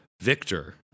Victor